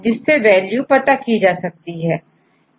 जिससे वैल्यू पता की जा सकती है